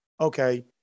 okay